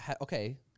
okay